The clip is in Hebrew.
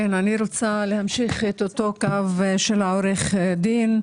אני רוצה להמשיך את אותו הקו של עורך הדין,